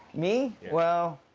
me? well,